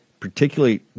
Particularly